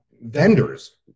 vendors